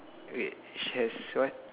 wait she has what